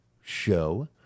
show